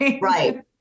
Right